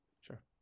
Sure